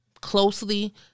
closely